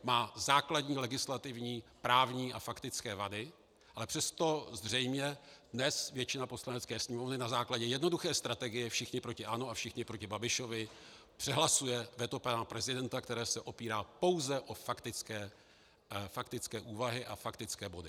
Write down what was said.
Má základní legislativní, právní a faktické vady, ale přesto zřejmě dnes většina Poslanecké sněmovny na základě jednoduché strategie všichni proti ANO a všichni proti Babišovi přehlasuje veto pana prezidenta, které se opírá pouze o faktické úvahy a faktické body.